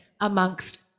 amongst